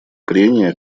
прения